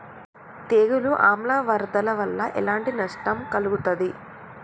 తెగులు ఆమ్ల వరదల వల్ల ఎలాంటి నష్టం కలుగుతది?